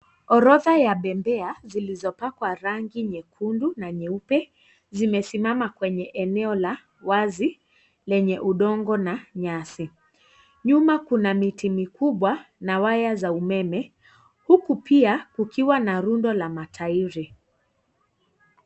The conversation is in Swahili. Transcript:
Orodha ya bembea zilizopakwa rangi nyekundu na nyeupe, zimesimama kwenye eneo la wazi lenye udongo na nyasi. Nyuma, kuna miti mikubwa na waya za umemea. Huku, pia kukiwa na rundo la matairi.